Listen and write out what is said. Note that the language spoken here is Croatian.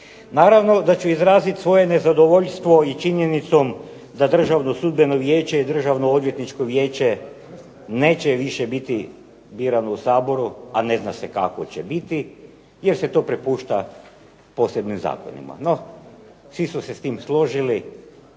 Naravno da ću izraziti i svoje nezadovoljstvo činjenicom da Državno sudbeno vijeće i Državno odvjetničko vijeće neće više biti birano u Saboru, a ne zna kako će biti jer se to prepušta posebnim zakonima. No, svi su se s tim složili,